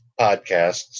podcasts